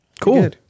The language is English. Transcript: Cool